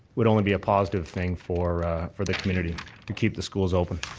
would only be a positive thing for for the community to keep the schools open.